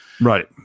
Right